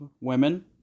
women